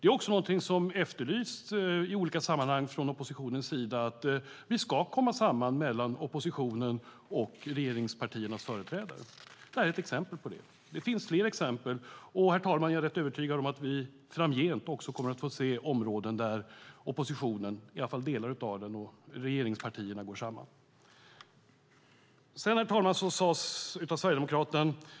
Oppositionen har i olika sammanhang efterlyst att oppositionen och regeringspartiernas företrädare ska komma samman, och detta är ett exempel på det. Det finns fler exempel, och jag är rätt övertygad om att vi också framgent kommer att få se områden där i alla fall delar av oppositionen och regeringspartierna går samman. Herr talman!